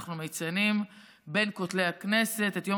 אנחנו מציינים בין כותלי הכנסת את יום